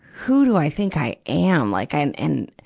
who do i think i am? like i'm in,